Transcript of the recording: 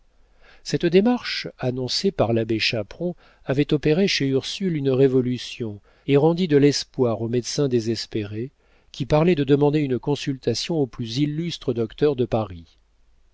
cette démarche annoncée par l'abbé chaperon avait opéré chez ursule une révolution et rendit de l'espoir au médecin désespéré qui parlait de demander une consultation aux plus illustres docteurs de paris